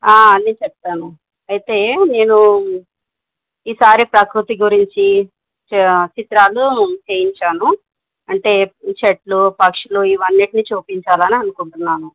అన్ని చెప్తాను అయితే నేను ఈసారి ప్రకృతి గురించి చిత్రాలు చేయించాను అంటే చెట్లు పక్షులు ఇవి అన్నింటిని చూపించాలి అని అనుకుంటున్నాను